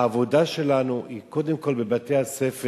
העבודה שלנו היא קודם כול בבתי-הספר,